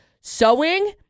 sewing